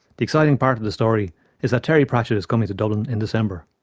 the exciting part of the story is that terry pratchett is coming to dublin in december.